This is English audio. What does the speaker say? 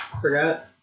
forgot